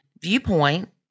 viewpoint